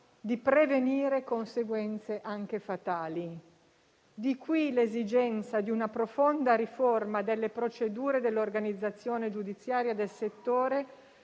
di prevenire conseguenze anche fatali. Di qui l'esigenza di una profonda riforma delle procedure e dell'organizzazione giudiziaria del settore,